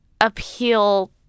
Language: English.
appeal